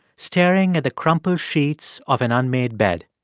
staring at the crumpled sheets of an unmade bed.